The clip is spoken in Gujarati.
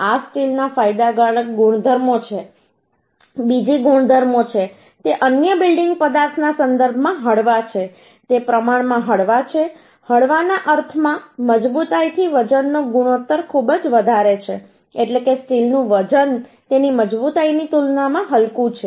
આ સ્ટીલના ફાયદાકારક ગુણધર્મો છે બીજી ગુણધર્મો છે તે અન્ય બિલ્ડીંગ પદાર્થના સંદર્ભમાં હળવા છે તે પ્રમાણમાં હળવા છે હળવાના અર્થમાં મજબૂતાઈથી વજનનો ગુણોત્તર ખૂબ જ વધારે છે એટલે કે સ્ટીલનું વજન તેની મજબૂતાઈની તુલનામાં હલકું છે